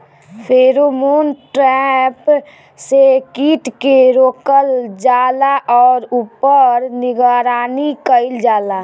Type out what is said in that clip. Pheromone trap से कीट के रोकल जाला और ऊपर निगरानी कइल जाला?